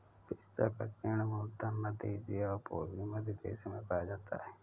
पिस्ता का पेड़ मूलतः मध्य एशिया और पूर्वी मध्य देशों में पाया जाता है